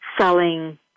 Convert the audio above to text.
selling